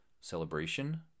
celebration